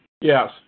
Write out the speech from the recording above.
Yes